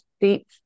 deep